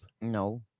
No